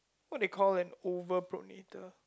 what they call an overpronator